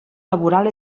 laboral